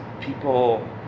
people